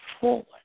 forward